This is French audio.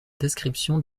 description